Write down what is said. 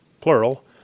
plural